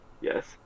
Yes